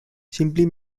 simply